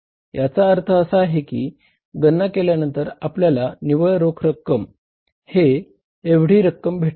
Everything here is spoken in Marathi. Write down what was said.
याचा अर्थ असा आहे की गणना केल्यानंर आपल्याला निव्वळ रोख रक्कम वितरण हे एवढी रक्कम भेटेल